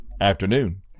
afternoon